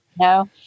No